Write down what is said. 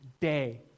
day